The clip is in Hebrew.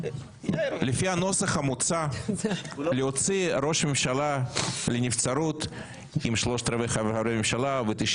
לפי הנוסח המוצע להוציא ראש ממשלה לנבצרות עם שלושת רבעי חברי ממשלה ו-90